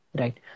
right